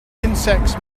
insects